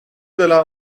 دلم